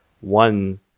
one